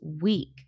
week